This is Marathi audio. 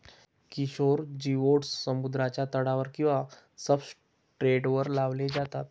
किशोर जिओड्स समुद्राच्या तळावर किंवा सब्सट्रेटवर लावले जातात